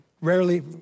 rarely